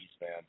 man